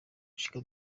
gushika